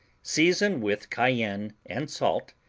season with cayenne and salt,